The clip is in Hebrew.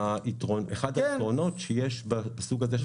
היתרונות שיש בסוג הזה.